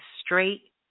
straight